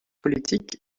politiques